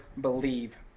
believe